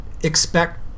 expect